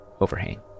overhang